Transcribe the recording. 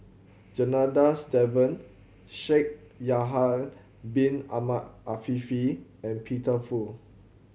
Janadas Devan Shaikh Yahya Bin Ahmed Afifi and Peter Fu